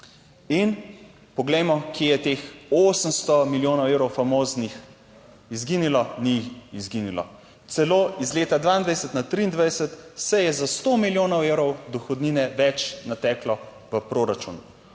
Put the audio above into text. Poglejmo, kje je teh 800 milijonov evrov famoznih izginilo? Ni izginilo. Celo iz leta 2022 na 2023 se je za sto milijonov evrov dohodnine več nateklo v proračun.